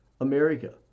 America